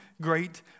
great